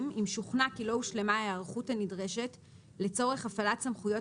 אם שוכנע כי לא הושלמה ההיערכות הנדרשת לצורך הפעלת סמכויות